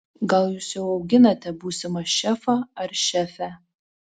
gal jūs jau auginate būsimą šefą ar šefę